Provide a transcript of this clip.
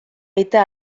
eta